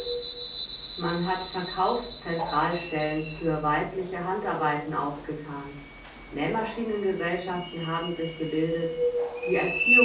man hat verkaufs centralstellen für weibliche handarbeiten aufgethan nähmaschinen gesellschaften haben sich gebildet die erziehung